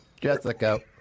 Jessica